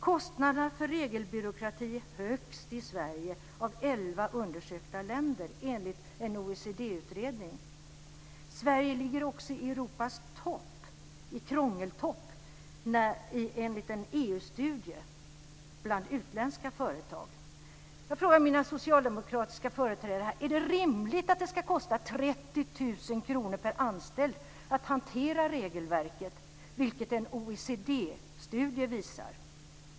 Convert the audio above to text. Kostnaderna för regelbyråkrati är högst i Sverige bland 11 undersökta länder enligt en OECD-utredning. Sverige ligger också i Europas topp när det gäller krångel enligt en EU-studie bland utländska företag. Jag frågar de socialdemokratiska företrädarna här: Är det rimligt att det ska kosta 30 000 kr per anställd att hantera regelverket i företag, vilket en OECD studie visar?